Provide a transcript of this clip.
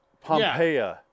Pompeii